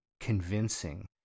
convincing